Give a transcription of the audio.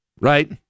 right